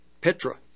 Petra